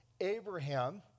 Abraham